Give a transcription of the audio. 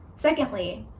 secondly,